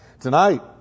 tonight